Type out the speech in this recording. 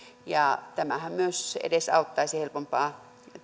tämähän myös edesauttaisi helpompaa